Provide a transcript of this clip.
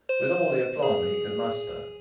with all the aplomb he could muster.